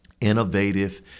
innovative